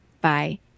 bye